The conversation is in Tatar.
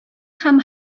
һәм